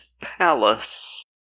palace